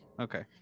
Okay